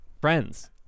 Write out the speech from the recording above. friends